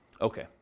Okay